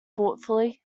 thoughtfully